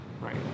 right